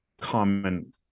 common